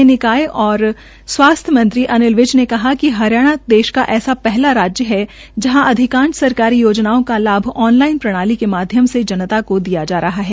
हरियाणा के ग़ुह शहरी स्थानीय निकाय एवं स्वास्थ्य मंत्री अनिल विज ने कहा कि हरियाणा देश का ऐसा पहला राज्य है जहां अधिकांश सरकारी योजनाओं का लाभ ऑनलाईन प्रणाली के माध्यम से जनता को दिया जा रहा है